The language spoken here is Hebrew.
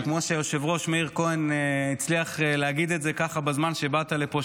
שכמו שהיושב-ראש מאיר כהן הצליח להגיד את זה בזמן שבאת לפה,